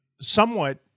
somewhat